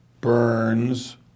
Burns